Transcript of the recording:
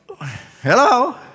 Hello